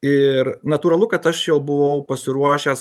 ir natūralu kad aš jau buvau pasiruošęs